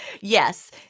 Yes